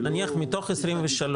נניח מתוך 23,